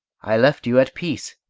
i left you at peace,